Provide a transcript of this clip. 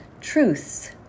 truths